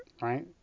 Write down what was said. right